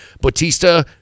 Batista